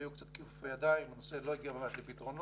היו קצת כיפופי ידיים, הנושא לא הגיע ממש לפתרונו.